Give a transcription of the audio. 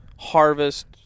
harvest